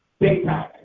daytime